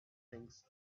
things